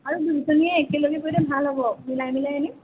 আৰু দুইজনীয়ে একেলগে কৰিলে ভাল হ'ব মিলাই মিলাই আনিম